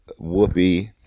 Whoopi